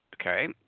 Okay